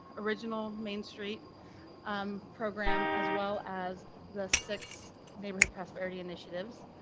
original main street um program as well as the six neighborhood prosperity initiatives,